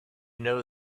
know